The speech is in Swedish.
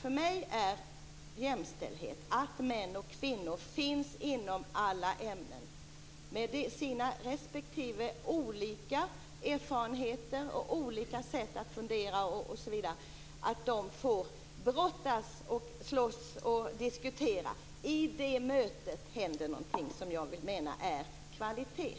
För mig är det jämställdhet när män och kvinnor finns inom alla ämnen med sina respektive erfarenheter och olika sätt att fundera så att de får brottas, slåss och diskutera. I det mötet händer någonting som jag menar är kvalitet.